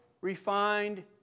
refined